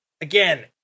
again